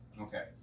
Okay